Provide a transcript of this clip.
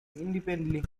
independently